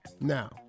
Now